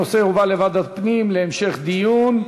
הנושא יועבר לוועדת הפנים להמשך דיון.